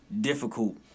Difficult